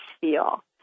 feel